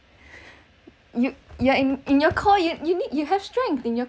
you yeah in in your core you you need you have strength in your